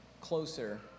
closer